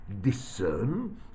discern